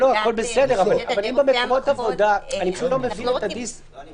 הכול בסדר, אבל אני פשוט לא מבין את הדיס-הרמוניה.